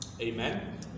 Amen